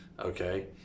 okay